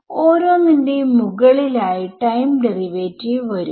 ഓരോന്നിന്റെയും മുകളിൽ ആയി ടൈം ഡെറിവേറ്റീവ് വരും